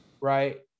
Right